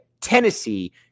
Tennessee